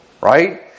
right